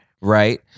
right